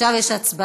עכשיו יש הצבעה,